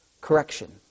correction